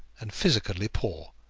and physically poor,